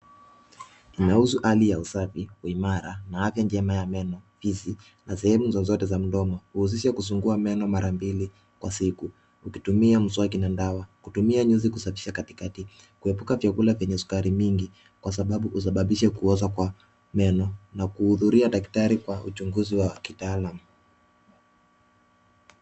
Inahusu hali ya usafi wa imara na afya njema ya meno, fizi na sehemu zozote za mdomo. Uhusisha kusugua meno mara mbili kwa siku, ukitumia mswaki na dawa, kutumia nyuzi kusafisha katikati, kuepuka vyakula venye sukari mingi, kwa sababu husababisha kuoza kwa meno na kuhudhuria daktari kwa uchunguzi wa kitaalamu.